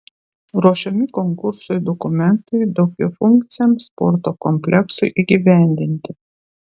ruošiami konkursui dokumentai daugiafunkciam sporto kompleksui įgyvendinti